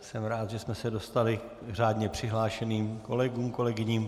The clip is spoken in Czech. Jsem rád, že jsme se dostali k řádně přihlášeným kolegům a kolegyním.